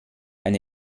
eine